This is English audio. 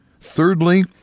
Thirdly